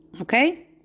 Okay